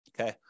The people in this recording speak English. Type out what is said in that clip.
Okay